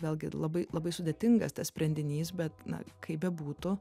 vėlgi labai labai sudėtingas tas sprendinys bet na kaip bebūtų